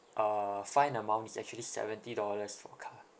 uh fine amount is actually seventy dollars for car